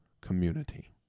community